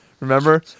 Remember